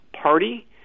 party